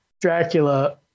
Dracula